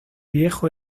viejo